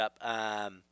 up